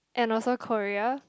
and also Korea